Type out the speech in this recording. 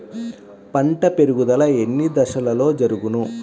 పంట పెరుగుదల ఎన్ని దశలలో జరుగును?